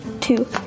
two